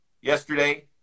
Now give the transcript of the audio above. yesterday